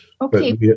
Okay